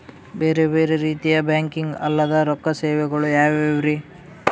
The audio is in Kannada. ಬೇರೆ ಬೇರೆ ರೀತಿಯ ಬ್ಯಾಂಕಿಂಗ್ ಅಲ್ಲದ ರೊಕ್ಕ ಸೇವೆಗಳು ಯಾವ್ಯಾವ್ರಿ?